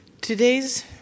Today's